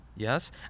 Yes